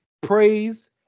praise